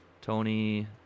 Tony